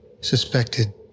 suspected